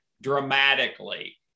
dramatically